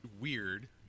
weird